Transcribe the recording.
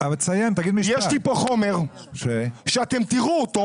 יש לי פה חומר שאתם תראו אותו,